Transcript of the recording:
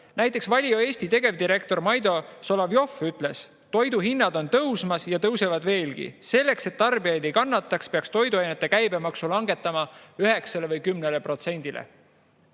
Näiteks Valio Eesti tegevdirektor Maido Solovjov ütles, et toiduhinnad on tõusmas ja tõusevad veelgi. Selleks, et tarbijad ei kannataks, peaks toiduainete käibemaksu langetama 9%-le või 10%-le.